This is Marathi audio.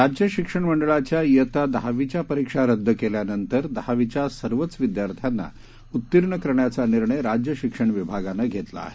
राज्य शिक्षण मंडळाच्या शित्ता दहावीच्या परिक्षा रद्द केल्या नंतर दहावीच्या सर्वच विद्यार्थ्यांना उत्तीर्ण करण्याचा निर्णय राज्य शिक्षण विभागानं घेतला आहे